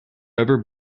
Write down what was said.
ever